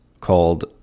called